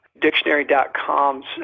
Dictionary.com's